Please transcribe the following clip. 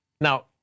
now